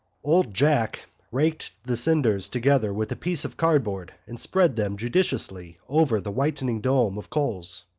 old jack raked the cinders together with a piece of cardboard and spread them judiciously over the whitening dome of coals.